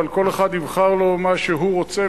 אבל כל אחד יבחר לו מה שהוא רוצה.